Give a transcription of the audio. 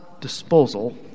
disposal